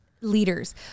leaders